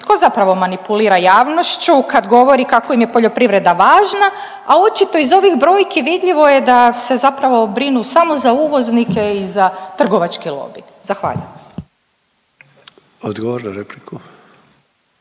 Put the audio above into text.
tko zapravo manipulira javnošću kad govori kako im je poljoprivreda važna, a očito iz ovih brojki vidljivo je da se zapravo brinu samo za uvoznike i za trgovački lobij. Zahvaljujem. **Sanader,